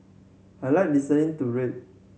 I like listening to rape